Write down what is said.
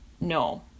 No